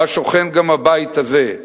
שבה שוכן גם הבית הזה.